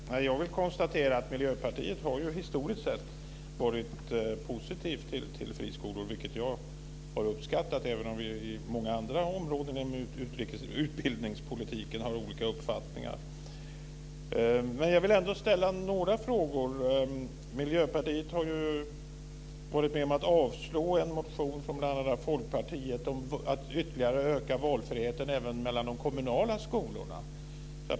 Herr talman! Jag vill konstatera att Miljöpartiet historiskt sett har varit positivt till friskolor. Det har jag uppskattat, även om vi på många andra områden inom utbildningspolitiken har olika uppfattningar. Jag vill ändå ställa några frågor. Miljöpartiet har ju varit med om att avslå en motion från bl.a. Folkpartiet om att ytterligare öka valfriheten även mellan de kommunala skolorna.